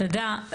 תודה.